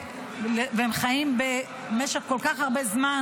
והם חיים במשך כל כך הרבה זמן,